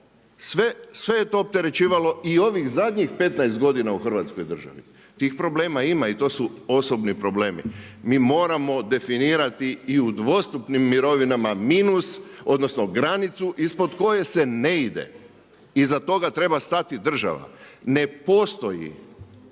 sve je to opterećivalo i ovih zadnjih 15 godina u hrvatskoj državi. Tih problema ima i to su osobni problemi. Mi moramo definirati i u dvostupnim mirovinama minus odnosno granicu ispod koje se ne ide. Iza toga treba stati država. Ne postoji